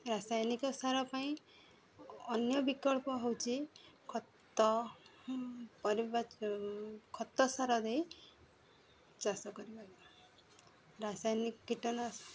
ରାସାୟନିକ ସାର ପାଇଁ ଅନ୍ୟ ବିକଳ୍ପ ହେଉଛି ଖତ ପରିବା ଖତ ସାର ଦେଇ ଚାଷ କରିବାକୁ ରାସାୟନିକ କୀଟନାଶକ